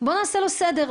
בואו נעשה לו סדר.